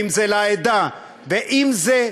ואם לעדה,